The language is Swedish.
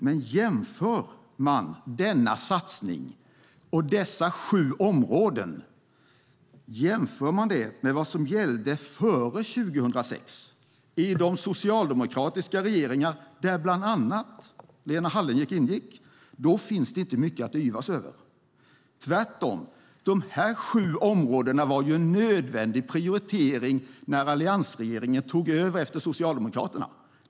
Men jämför man denna satsning och dessa sju områden med vad som gällde före 2006 i de socialdemokratiska regeringar där bland annat Lena Hallengren ingick finns det inte mycket att yvas över - tvärtom. De här sju områdena var en nödvändig prioritering när alliansregeringen tog över efter Socialdemokraterna.